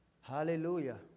Hallelujah